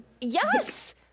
Yes